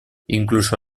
incluso